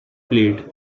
played